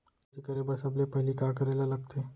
खेती करे बर सबले पहिली का करे ला लगथे?